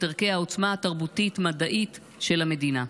ערכי העוצמה התרבותית-מדעית של המדינה?